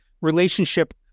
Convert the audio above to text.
relationship